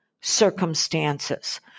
circumstances